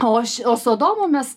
o aš su adomu mes